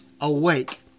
awake